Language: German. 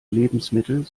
lebensmittel